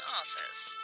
office